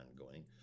ongoing